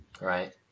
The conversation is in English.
Right